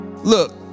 Look